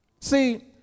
See